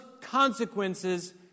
consequences